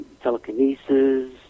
telekinesis